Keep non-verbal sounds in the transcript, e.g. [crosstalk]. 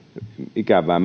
ikävää [unintelligible]